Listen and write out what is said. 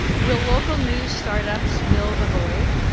will local news startups fill the void?